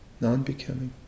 non-becoming